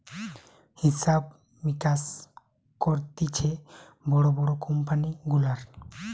হিসাব মিকাস করতিছে বড় বড় কোম্পানি গুলার